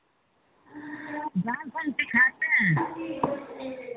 dance हम सिखाते हैं